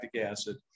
acid